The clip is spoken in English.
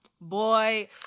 Boy